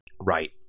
Right